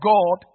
God